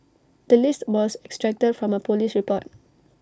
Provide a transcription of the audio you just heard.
the list was extracted from A Police report